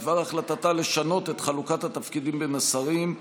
בדבר החלטתה לשנות את חלוקת התפקידים בין השרים,